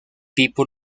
people